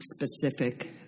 specific